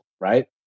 right